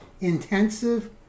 intensive